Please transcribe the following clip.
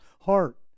heart